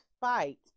fight